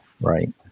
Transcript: right